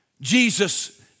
Jesus